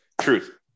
Truth